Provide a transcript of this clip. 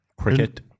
Cricket